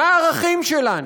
מה הערכים שלנו.